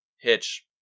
Hitch